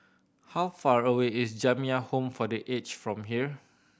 how far away is Jamiyah Home for The Aged from here